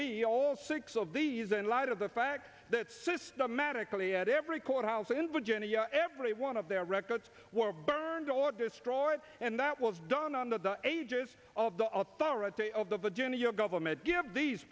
be all six of these in light of the fact that systematically at every courthouse in virginia every one of their records were burned or destroyed and that was done on the ages of the authority of the vagina your government give these